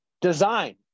design